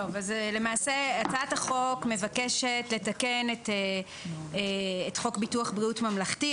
הצעת החוק מבקשת לתקן את חוק בריאות ביטוח ממלכתי,